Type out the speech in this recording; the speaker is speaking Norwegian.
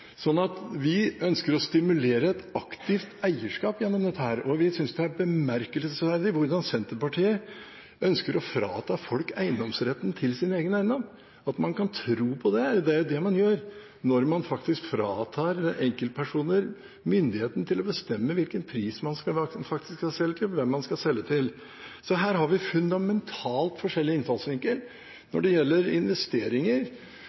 vi ønsker å stimulere et aktivt eierskap gjennom dette, og vi synes det er bemerkelsesverdig hvordan Senterpartiet ønsker å frata folk eiendomsretten til sin egen eiendom. At man kan tro på det! Det er jo det man gjør når man faktisk fratar enkeltpersoner myndigheten til å bestemme hvilken pris man skal selge til, og hvem man skal selge til. Så her har vi fundamentalt forskjellig innfallsvinkel.